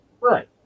Right